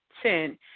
Ten